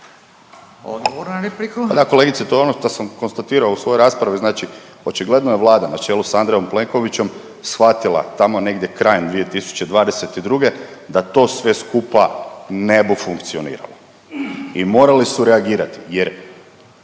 da kolegice to je ono što sam konstatirao u svojoj raspravi, znači očigledno je Vlada na čelu sa Andrejom Plenkovićem svatila tamo negdje krajem 2022. da to sve skupa ne bu funkcioniralo i morali su reagirati jer